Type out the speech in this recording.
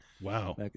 Wow